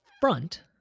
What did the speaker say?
front